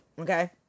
Okay